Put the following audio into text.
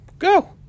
Go